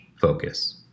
focus